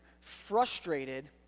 frustrated